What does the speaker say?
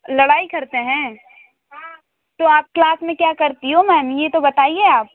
लड़ाई करते हैं तो आप क्लास में क्या करती हो मैम यह तो बताइए आप